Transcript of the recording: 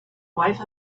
wife